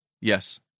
Yes